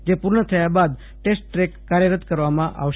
જે પૂર્ણ થયા બાદ ટેસ્ટ ટ્રેક કાર્યરત કરવામાં આવશે